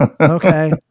okay